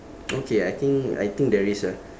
okay I think I think there is a